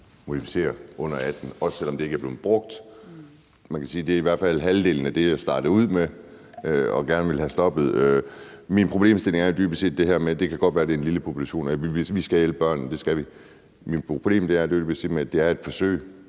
man er under 18 år, også selv om det ikke er blevet brugt. Man kan sige, at det i hvert fald er halvdelen af det, jeg startede ud med gerne at ville have stoppet. Problemstillingen for mig er dybest set det her med, at det godt kan være, det er en lille population og vi skal hjælpe børnene – det skal vi – men det er et forsøg,